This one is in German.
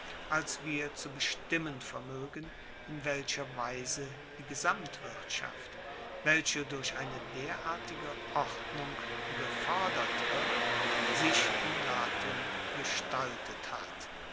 als wir zu bestimmen vermoegen in welcher weise die gesamtwirtschaft welche durch eine derartige ordnung gefordert wird sich in latium gestaltet hat